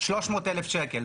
300,000 שקלים,